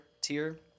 tier